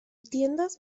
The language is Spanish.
tiendas